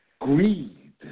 greed